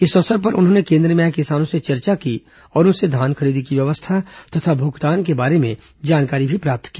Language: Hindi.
इस अवसर पर उन्होंने केन्द्र में आए किसानों से चर्चा की और उनसे धान खरीदी की व्यवस्था तथा भुगतान के बारे में जानकारी भी प्राप्त की